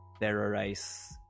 terrorize